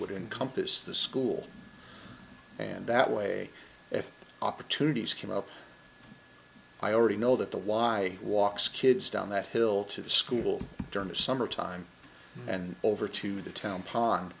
would encompass the school and that way it opportunities came up i already know that the y walks kids down that hill to the school during the summertime and over to the town